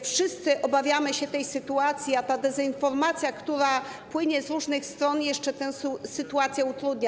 Wszyscy obawiamy się tej sytuacji, a dezinformacja, która płynie z różnych stron, jeszcze tę sytuację utrudnia.